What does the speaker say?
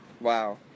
wow